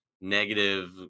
negative